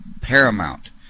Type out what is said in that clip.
paramount